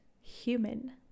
human